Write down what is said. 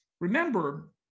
remember